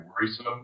worrisome